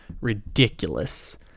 ridiculous